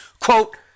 quote